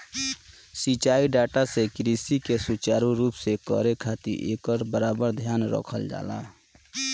सिंचाई डाटा से कृषि के सुचारू रूप से करे खातिर एकर बराबर ध्यान रखल जाला